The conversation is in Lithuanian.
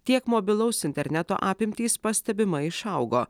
tiek mobilaus interneto apimtys pastebimai išaugo